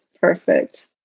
perfect